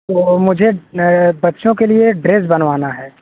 मुझे बच्चों के लिये ड्रेस बनवाना है